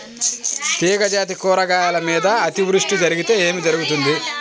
తీగజాతి కూరగాయల మీద అతివృష్టి జరిగితే ఏమి జరుగుతుంది?